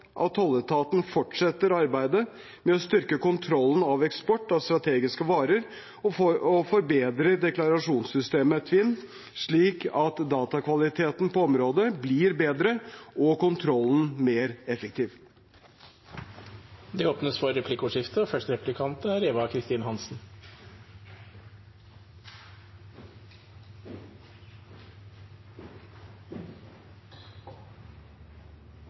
tolletaten fortsetter arbeidet med å styrke kontrollen av eksport av strategiske varer og forbedre deklarasjonssystemet TVINN, slik at datakvaliteten på området blir bedre og kontrollen mer effektiv. Det blir replikkordskifte. Takk til statsråden for et grundig innlegg og